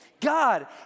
God